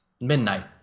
midnight